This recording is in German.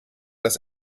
das